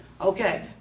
Okay